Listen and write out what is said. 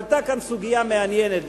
עלתה כאן סוגיה מעניינת.